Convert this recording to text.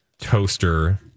toaster